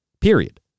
period